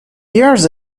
years